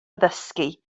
addysgu